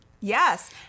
Yes